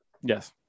Yes